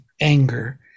anger